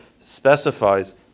specifies